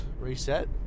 reset